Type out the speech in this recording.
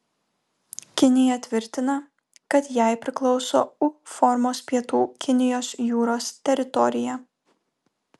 kinija tvirtina kad jai priklauso u formos pietų kinijos jūros teritorija